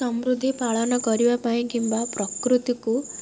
ସମୃଦ୍ଧି ପାଳନ କରିବା ପାଇଁ କିମ୍ବା ପ୍ରକୃତିକୁ